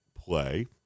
play